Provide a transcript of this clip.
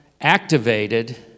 activated